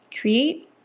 Create